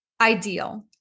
ideal